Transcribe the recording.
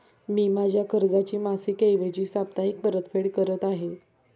मी माझ्या कर्जाची मासिक ऐवजी साप्ताहिक परतफेड करत आहे